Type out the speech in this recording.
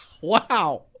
Wow